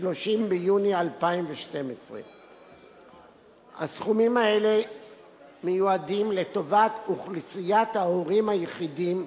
30 ביוני 2012. הסכומים האלה מיועדים לטובת אוכלוסיית ההורים היחידים,